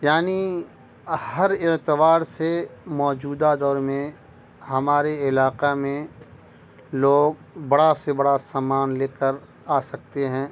یعنی ہر اعتبار سے موجودہ دور میں ہمارے علاقہ میں لوگ بڑا سے بڑا سامان لے کر آ سکتے ہیں